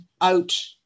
out